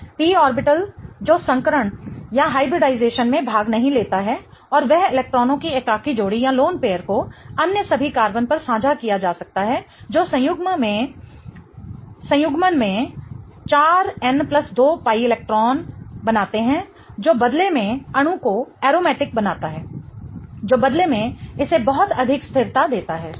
P orbital जो संकरण में भाग नहीं लेता है और वह इलेक्ट्रॉनों की एकाकी जोड़ी को अन्य सभी कार्बन पर साझा किया जा सकता है जो संयुग्मन मैं 4n 2 पाई इलेक्ट्रॉनों बनाते हैं जो बदले में अणु को एरोमेटिक बनाता है जो बदले में इसे बहुत अधिक स्थिरता देता है सही